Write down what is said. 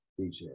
DJ